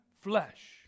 flesh